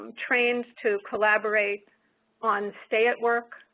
um trained to collaborate on stay at work,